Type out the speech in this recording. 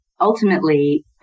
ultimately